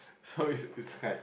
so it's it's quite